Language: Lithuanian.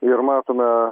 ir matome